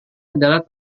adalah